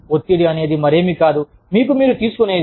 ఒత్తిడి అనేది మరేమీ కాదు మీకు మీరే తీసుకునేది